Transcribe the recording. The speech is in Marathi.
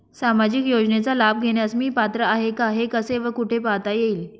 सामाजिक योजनेचा लाभ घेण्यास मी पात्र आहे का हे कसे व कुठे पाहता येईल?